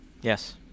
yes